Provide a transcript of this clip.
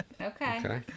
Okay